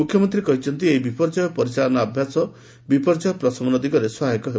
ମୁଖ୍ୟମନ୍ତୀ କହିଛନ୍ତି ଏହି ବିପର୍ଯ୍ୟୟ ପରିଚାଳନା ଅଭ୍ୟାସ ବିପର୍ଯ୍ୟ ପ୍ରଶମନ ଦିଗରେ ସହାୟକ ହେବ